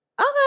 Okay